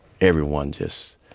everyone—just